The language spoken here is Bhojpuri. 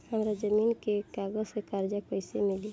हमरा जमीन के कागज से कर्जा कैसे मिली?